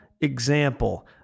example